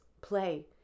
play